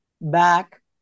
back